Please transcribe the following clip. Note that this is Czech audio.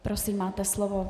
Prosím, máte slovo.